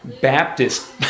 Baptist